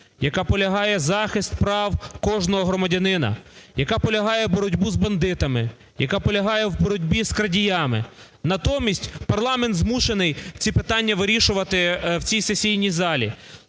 яка полягає – захист прав кожного громадянина, яка полягає в боротьбі з бандитами, яка полягає в боротьбі з крадіями? Натомість парламент змушений ці питання вирішувати в цій сесійній залі.